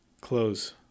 close